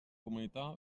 comunità